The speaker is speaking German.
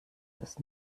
das